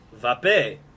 Vape